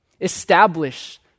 Establish